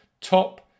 top